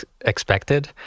expected